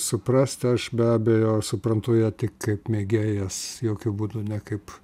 suprasti aš be abejo suprantu ją tik kaip mėgėjas jokiu būdu ne kaip